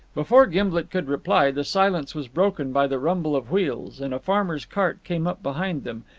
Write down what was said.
before gimblet could reply, the silence was broken by the rumble of wheels and a farmer's cart came up behind them,